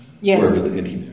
Yes